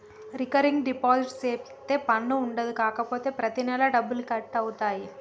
recurring deposit సేపిత్తే పన్ను ఉండదు కాపోతే ప్రతి నెలా డబ్బులు కట్ అవుతాయి